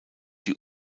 die